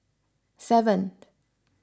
seven